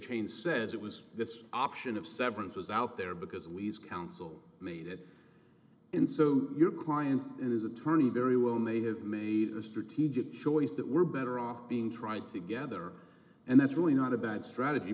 cheney says it was this option of severance was out there because we as counsel made it in so your client and his attorney very well may have made a strategic choice that we're better off being tried together and that's really not a bad strategy